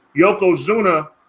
Yokozuna